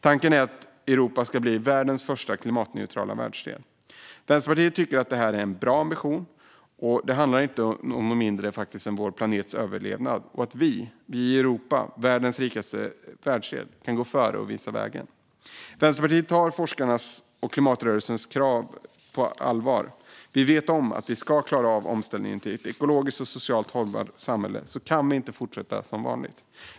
Tanken är att Europa ska bli världens första klimatneutrala världsdel. Vänsterpartiet tycker att detta är en bra ambition. Det handlar faktiskt inte om något mindre än vår planets överlevnad. Vi i Europa, den rikaste världsdelen, kan gå före och visa vägen. Vänsterpartiet tar forskarnas och klimatrörelsens krav på allvar. Vi vet att om vi ska klara omställningen till ett ekologiskt och socialt hållbart samhälle kan vi inte fortsätta som vanligt.